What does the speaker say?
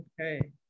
Okay